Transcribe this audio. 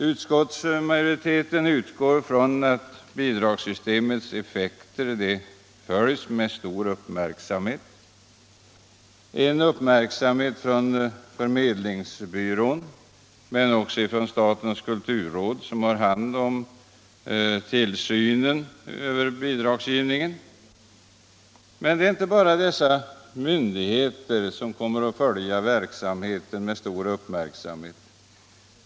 Utskottsmajoriteten utgår från att bidragssystemets effekter följs med stor uppmärksamhet från förmedlingsbyrån och också från statens kulturråd, som har hand om tillsynen över bidragsgivningen. Men det är inte bara dessa myndigheter som kommer att följa verksamheten med stor uppmärksamhet.